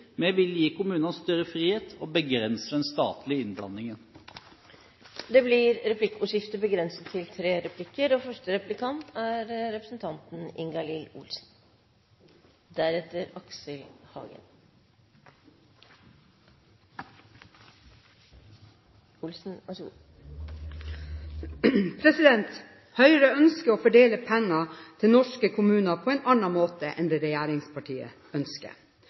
Vi vil gi kommunene større frihet og begrense den statlige innblandingen. Det blir replikkordskifte. Høyre ønsker å fordele penger til